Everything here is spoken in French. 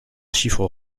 chiffres